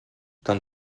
tan